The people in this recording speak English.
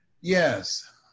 yes